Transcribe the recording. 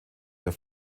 der